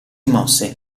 mosse